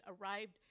arrived